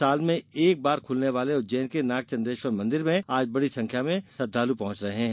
साल में एक बार खुलने वाले उज्जैन के नागचंद्रेश्वर मंदिर में आज बड़ी संख्या में श्रद्वालू पहुंच रहे हैं